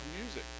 music